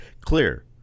clear